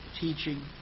teaching